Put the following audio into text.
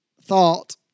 thought